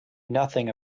nothing